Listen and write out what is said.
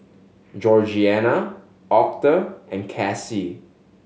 Georgianna Octa and Kassie